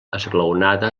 esglaonada